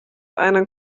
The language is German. einen